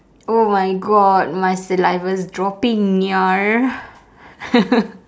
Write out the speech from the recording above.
oh my god my saliva's dropping [nia]